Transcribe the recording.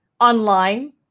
online